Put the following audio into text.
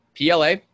PLA